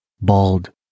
bald